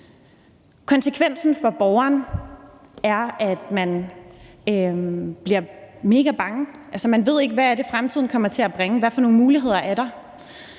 Konsekvensen for borgeren er, at man bliver megabange, altså man ved ikke, hvad det er, fremtiden kommer til at bringe; hvad for nogle muligheder er der?